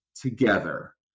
together